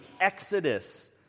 exodus